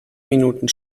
minuten